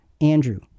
Andrew